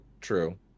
true